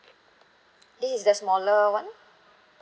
this is the smaller one